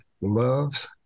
love's